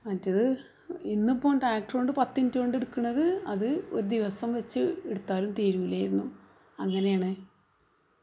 മറ്റേത് ഇന്നിപ്പം ട്രാക്ട്റുകൊണ്ട് പത്ത് മിനിറ്റോണ്ട് എടുക്കുന്നത് അത് അവർ ദിവസംവച്ച് എടുത്താലും തീരില്ലായിരുന്നു അങ്ങനെയാണ്